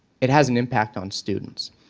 it has an impact on students.